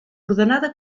ordenada